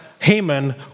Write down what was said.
Haman